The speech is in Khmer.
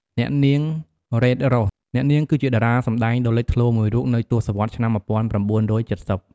អ្នកនាង រ៉េត រ៉ូស អ្នកនាងគឺជាតារាសម្តែងដ៏លេចធ្លោមួយរូបនៅទសវត្សរ៍ឆ្នាំ ១៩៧០។